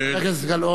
אני רוצה לומר לך,